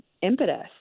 impetus